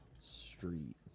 Street